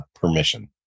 permission